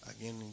Again